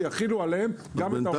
שיחילו עליהן גם את הרשויות.